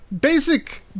basic